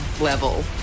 level